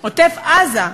עוטף-עזה,